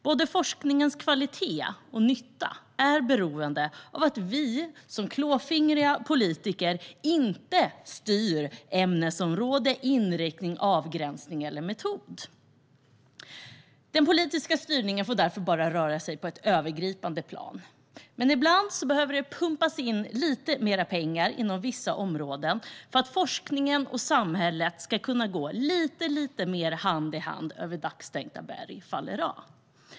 Både forskningens kvalitet och nytta är beroende av att vi klåfingriga politiker inte styr ämnesområde, inriktning, avgränsning eller metod. Den politiska styrningen får därför bara röra sig på ett övergripande plan. Ibland behöver det dock pumpas in lite mer pengar inom vissa områden för att forskningen och samhället ska kunna gå lite mer hand i hand över daggstänkta berg, fallera.